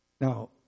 Now